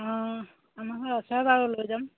অঁ আমাৰ ঘৰত আছে বাৰু লৈ যাম